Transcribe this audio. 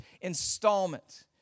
installment